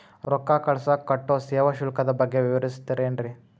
ರೊಕ್ಕ ಕಳಸಾಕ್ ಕಟ್ಟೋ ಸೇವಾ ಶುಲ್ಕದ ಬಗ್ಗೆ ವಿವರಿಸ್ತಿರೇನ್ರಿ?